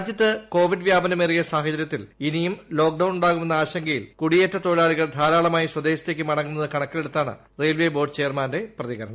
രാജ്യത്ത് കോവിഡ് വ്യാപനമേറിയ സാഹചര്യത്തിൽ ഇനിയും ലോക്ഡൌൺ ഉണ്ടാകുമെന്ന ആശങ്കയിൽ കുടിയേറ്റ തൊഴിലാളികൾ ധാരാളമായി സ്വദേശത്തേക്ക് മടങ്ങുന്നത് കണക്കിലെടുത്താണ് റെയിൽവേ ബോർഡ് ചെയർമാന്റെ പ്രതികരണം